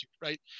right